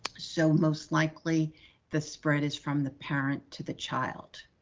so most likely the spread is from the parent to the child.